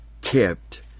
kept